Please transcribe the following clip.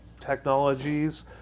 technologies